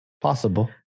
Possible